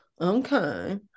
okay